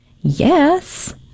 Yes